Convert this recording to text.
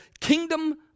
kingdom